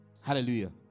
Hallelujah